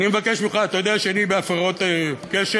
אני מבקש ממך, אתה יודע שאני בהפרעות קשב?